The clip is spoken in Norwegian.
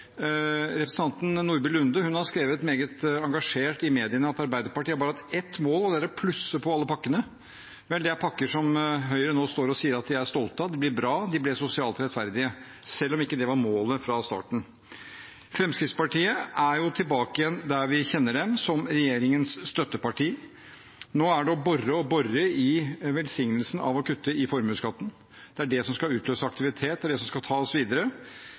Representanten Nordby Lunde har skrevet meget engasjert i mediene at Arbeiderpartiet bare har hatt ett mål, og det er å plusse på alle pakkene. Vel, det er pakker som Høyre nå står og sier at de er stolte av – de ble bra, de ble sosialt rettferdige, selv om ikke det var målet fra starten av. Fremskrittspartiet er tilbake igjen der vi kjenner dem, som regjeringens støtteparti. Nå er det å bore og bore i velsignelsen av å kutte i formuesskatten. Det er det som skal utløse aktivitet, det er det som skal ta oss videre.